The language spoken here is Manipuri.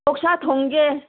ꯑꯣꯛꯁꯥ ꯊꯣꯡꯒꯦ